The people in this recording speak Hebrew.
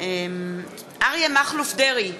אריה מכלוף דרעי,